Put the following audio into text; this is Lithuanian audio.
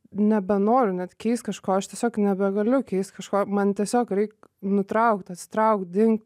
nebenoriu net keist kažko aš tiesiog nebegaliu keist kažko man tiesiog reik nutraukt atsitraukt dingt